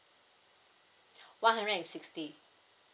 one hundred and sixty